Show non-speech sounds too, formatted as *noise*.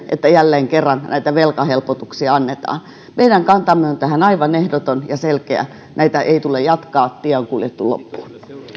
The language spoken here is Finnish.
*unintelligible* että jälleen kerran velkahelpotuksia annetaan meidän kantamme on tähän aivan ehdoton ja selkeä näitä ei tule jatkaa tie on kuljettu loppuun